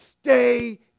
Stay